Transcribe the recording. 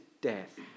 death